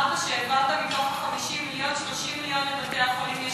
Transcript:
אמרת שמתוך ה-50 מיליון העברת 30 מיליון לבתי-החולים ישירות.